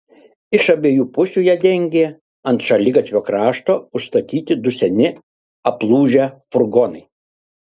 iš abiejų pusių ją dengė ant šaligatvio krašto užstatyti du seni aplūžę furgonai